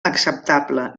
acceptable